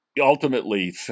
Ultimately